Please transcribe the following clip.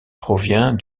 provient